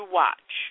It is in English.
watch